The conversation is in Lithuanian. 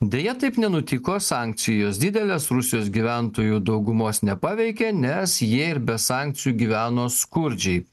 deja taip nenutiko sankcijos didelės rusijos gyventojų daugumos nepaveikė nes jie ir be sankcijų gyveno skurdžiai